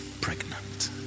pregnant